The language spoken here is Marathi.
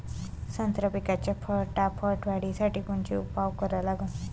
संत्रा पिकाच्या फटाफट वाढीसाठी कोनचे उपाव करा लागन?